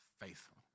faithful